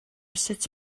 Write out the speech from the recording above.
sut